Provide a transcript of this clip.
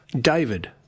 David